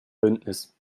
bündnis